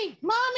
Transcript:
mommy